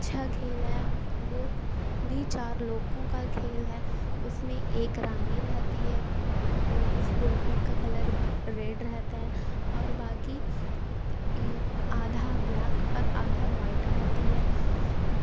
اچھا کھیل ہے وہ بھی چار لوگوں کا کھیل ہے اس میں ایک رانی رہتی ہے اس گوٹی کا کلر ریڈ رہتا ہے اور باقی آدھا بلیک اور آدھا وائٹ رہتی ہے